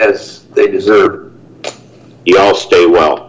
as they deserve it all stay well